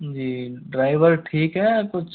जी driver ठीक है या कुछ